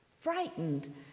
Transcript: frightened